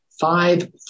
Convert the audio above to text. Five